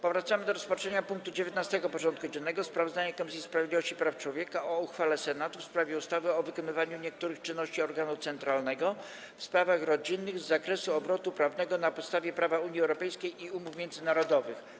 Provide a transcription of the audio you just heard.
Powracamy do rozpatrzenia punktu 19. porządku dziennego: Sprawozdanie Komisji Sprawiedliwości i Praw Człowieka o uchwale Senatu w sprawie ustawy o wykonywaniu niektórych czynności organu centralnego w sprawach rodzinnych z zakresu obrotu prawnego na podstawie prawa Unii Europejskiej i umów międzynarodowych.